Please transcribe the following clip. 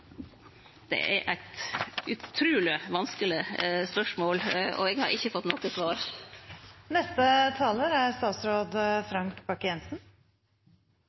Det er eit utruleg vanskeleg spørsmål, og eg har ikkje fått noko